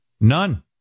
None